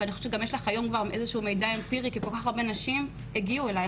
יש לך היום גם איזה מידע אמפירי כי כל כך הרבה נשים פנו אליך